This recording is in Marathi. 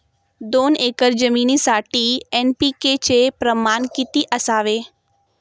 दोन एकर जमीनीसाठी एन.पी.के चे प्रमाण किती असावे?